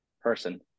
person